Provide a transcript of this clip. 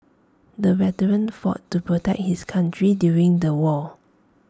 the veteran fought to protect his country during the war